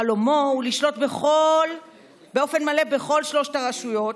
חלומו הוא לשלוט באופן מלא בכל שלוש הרשויות,